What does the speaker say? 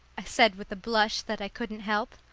i said with a blush that i couldn't help.